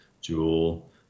Jewel